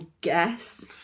guess